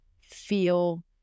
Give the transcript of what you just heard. feel